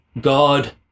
God